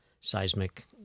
seismic